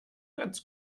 ganz